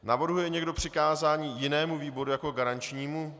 Navrhuje někdo přikázání jinému výboru jako garančnímu?